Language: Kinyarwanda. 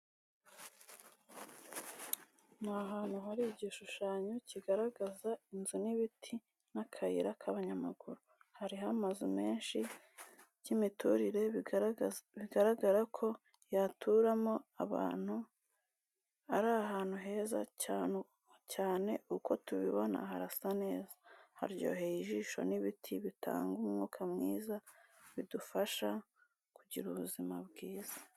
Ni ahanu hari igishushanyo kigaragaza inzu n'ibiti n'akayira k'abanyamaguru, hariho amazu menshi cy'imiturire bigaragara ko yaturamo abantu ari ahantu heza cyane uko tubibona harasa neza haryoheye ijisho n'ibiti bitanga umwuka mwiza bidufasha kugira ubuzima bwiza.